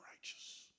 righteous